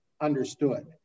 understood